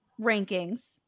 rankings